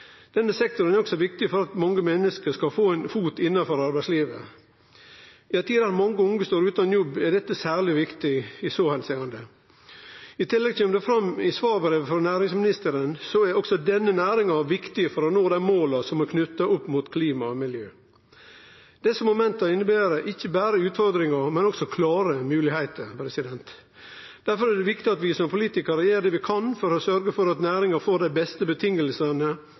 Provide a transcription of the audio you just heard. Denne sektoren er også viktig for at unge menneske skal få ein fot innanfor arbeidslivet. I ei tid då mange unge står utan jobb, er dette særleg viktig i så måte. I tillegg, som det kjem fram i svarbrevet frå næringsministeren, er også denne næringa viktig for å nå dei måla som er knytte opp mot klima og miljø. Desse momenta inneber ikkje berre utfordringar, men også klare moglegheiter. Difor er det viktig at vi som politikarar gjer det vi kan for å sørgje for at næringa får dei beste